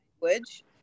language